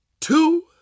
two